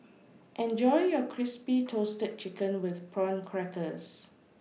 Enjoy your Crispy toasted Chicken with Prawn Crackers